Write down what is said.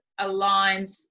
aligns